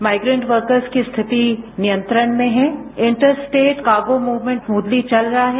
migrant workers की रिथिति नियंत्रण में हैं इंटरस्टेट कार्गो मूवमूंट स्मूथली चल रहा है